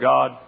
God